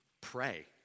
Pray